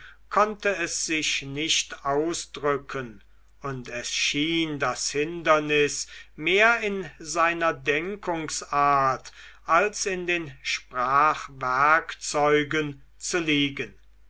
konnte es sich nicht ausdrücken und es schien das hindernis mehr in seiner denkungsart als in den sprachwerkzeugen zu liegen